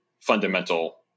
fundamental